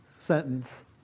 sentence